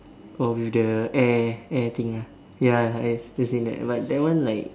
orh with the air air thing ah ya ya as in that but that one like